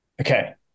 Okay